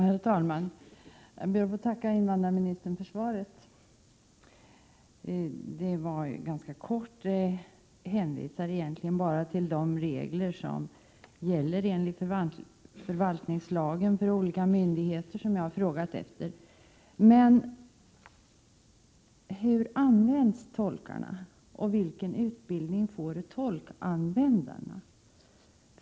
Herr talman! Jag ber att få tacka invandrarministern för svaret. Det var ganska kort och hänvisar egentligen bara till regler i förvaltningslagen för de olika myndigheter som jag har tagit upp i min fråga. Jag vill fråga: Hur 7 används tolkarna, och vilken utbildning får tolkanvändarna?